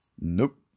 Nope